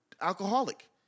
alcoholic